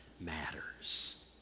matters